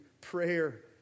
prayer